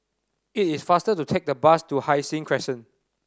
it is faster to take the bus to Hai Sing Crescent